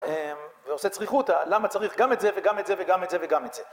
ועושה צריכותא - למה צריך גם את זה, וגם את זה, וגם את זה, וגם את זה.